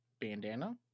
bandana